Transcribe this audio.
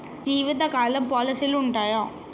జీవితకాలం పాలసీలు ఉంటయా?